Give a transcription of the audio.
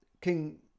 King